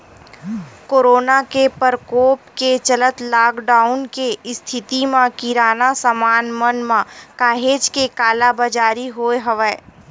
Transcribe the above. corona के परकोप के चलत लॉकडाउन के इस्थिति म किराना समान मन म काहेच के कालाबजारी होय हवय